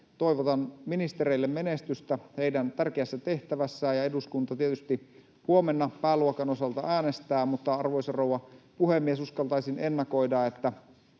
toivotan ministereille menestystä heidän tärkeässä tehtävässään. Eduskunta tietysti huomenna pääluokan osalta äänestää, mutta, arvoisa rouva puhemies, uskaltaisin ennakoida, että